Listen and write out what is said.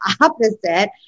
opposite